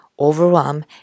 overwhelm